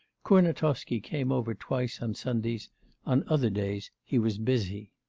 kurnatovsky came over twice on sundays on other days he was busy.